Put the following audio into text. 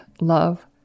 love